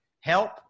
help